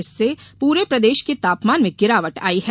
इससे पूरे प्रदेश के तापमान में गिरावट आई है